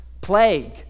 plague